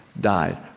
died